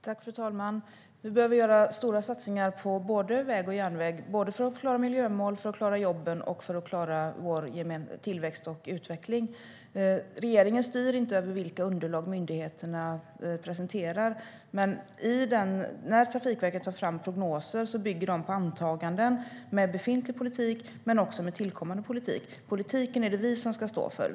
Fru talman! Vi behöver göra stora satsningar på både väg och järnväg för att klara såväl miljömål som jobb, tillväxt och utveckling. Regeringen styr inte över vilka underlag myndigheterna presenterar. Men när Trafikverket tar fram prognoser bygger man dem på antaganden med befintlig politik men också med tillkommande politik. Politiken är det vi som ska stå för.